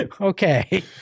okay